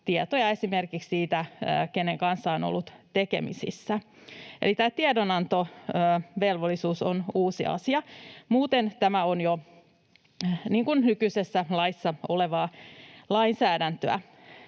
tietoja esimerkiksi siitä, kenen kanssa on ollut tekemisissä, eli tämä tiedonantovelvollisuus on uusi asia. Muuten tämä on jo nykyisessä laissa olevaa lainsäädäntöä.